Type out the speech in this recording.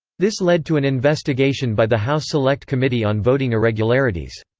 this led to an investigation by the house select committee on voting irregularities.